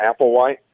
Applewhite